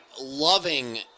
loving